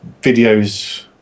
videos